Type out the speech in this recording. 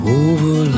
over